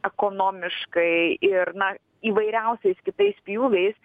ekonomiškai ir na įvairiausiais kitais pjūviais